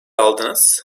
aldınız